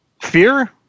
fear